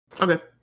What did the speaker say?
Okay